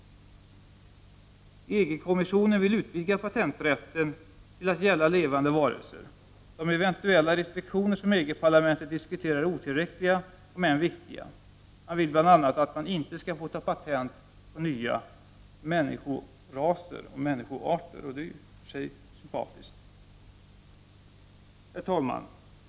EG-kommissionen vill utvidga patenträtten till att gälla levande varelser. De eventuella restriktioner som EG-parlamentet diskuterar är otillräckliga om än viktiga. Man vill bl.a. att det inte skall få tas ut patent på nya människoraser — vilket i och för sig är sympatiskt. Herr talman!